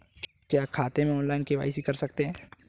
क्या खाते में ऑनलाइन के.वाई.सी कर सकते हैं?